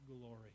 glory